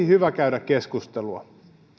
hyvä käydä keskustelua